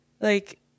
Like-